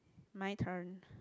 my turn